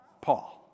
Paul